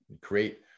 create